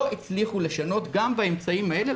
לא הצליחו לשנות את הזהות שלהם גם באמצעים האלה.